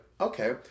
okay